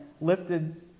lifted